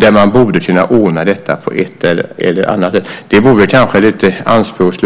där man borde kunna ordna det på ett eller annat sätt. Det vore kanske lite anspråksfullt.